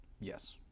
yes